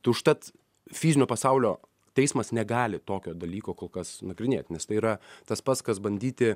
tai užtat fizinio pasaulio teismas negali tokio dalyko kol kas nagrinėt nes tai yra tas pats kas bandyti